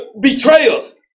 betrayers